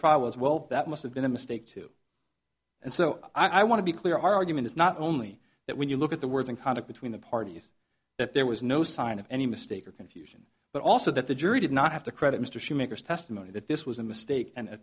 trial as well that must have been a mistake too and so i want to be clear our argument is not only that when you look at the words and conduct between the parties that there was no sign of any mistake or confusion but also that the jury did not have to credit mr shoemakers testimony that this was a mistake and a